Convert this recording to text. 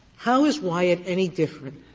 how is wyeth any different?